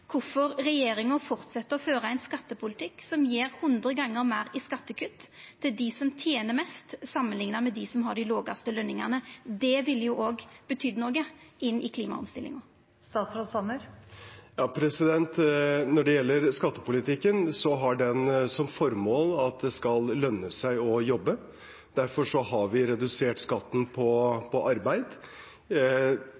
kvifor regjeringa fortset å føra ein skattepolitikk som gjev hundre gonger meir i skattekutt til dei som tener mest, samanlikna med dei som har dei lågaste lønningane. Det ville òg betydd noko i klimaomstillinga. Når det gjelder skattepolitikken, har den som formål at det skal lønne seg å jobbe. Derfor har vi redusert skatten på